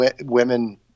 women